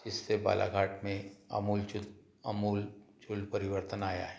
जिससे बालाघाट में अमूलचित आमूल चूल परिवर्तन आया है